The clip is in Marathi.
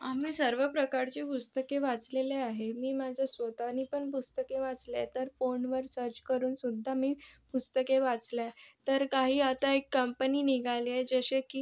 आम्ही सर्व प्रकारची पुस्तके वाचलेले आहे मी माझ्या स्वतःनी पण पुस्तके वाचले आहे तर फोनवर सर्च करून सुद्धा मी पुस्तके वाचले आहे तर काही आता एक कंपनी निघाली आहे जसे की